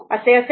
2 असेल